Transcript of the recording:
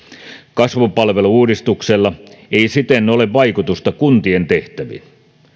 kasvupalvelu uudistuksella ei siten ole vaikutusta kuntien tehtäviin